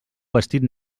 vestit